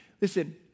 listen